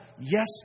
yes